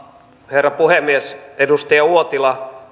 herra puhemies edustaja uotila